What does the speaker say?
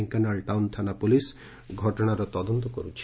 Dhenkanal town ଥାନା police ଘଟଣାର ତଦନ୍ତ କରୁଛି